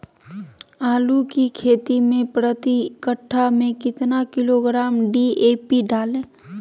आलू की खेती मे प्रति कट्ठा में कितना किलोग्राम डी.ए.पी डाले?